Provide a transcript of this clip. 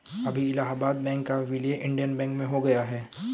अभी इलाहाबाद बैंक का विलय इंडियन बैंक में हो गया है